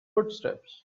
footsteps